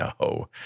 No